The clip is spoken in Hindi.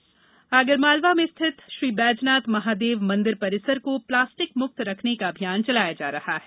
प्लास्टिकमक्त आगरमालवा में स्थित श्रीबैजनाथ महादेव मंदिर परिसर को प्लास्टिकमुक्त रखने का अभियान चलाया जा रहा है